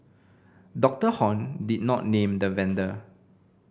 Doctor Hon did not name the vendor